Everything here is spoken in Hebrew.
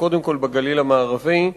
וקודם כול בגליל המערבי,